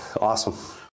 awesome